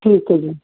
ਠੀਕ ਹੈ ਜੀ